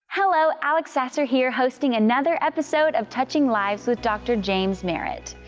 hello alex sasser here hosting another episode of touching lives with dr. james merritt.